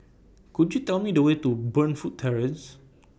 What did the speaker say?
Could YOU Tell Me The Way to Burnfoot Terrace